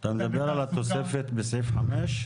אתה מדבר על התוספת בסעיף 5?